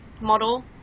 model